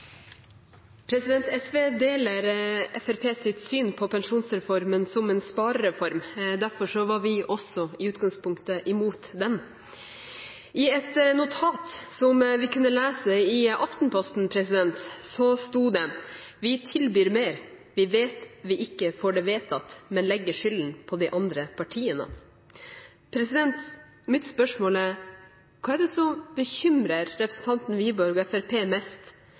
fremforhandlet. SV deler Fremskrittspartiets syn på pensjonsreformen som en sparereform. Derfor var vi i utgangspunktet imot den. I et notat som vi kunne lese i Aftenposten, sto det: «Vi tilbyr mer. Vi vet vi ikke får det vedtatt, men legger skylden på de andre partiene.» Mitt spørsmål er: Hva er det som bekymrer representanten Wiborg og Fremskrittspartiet mest?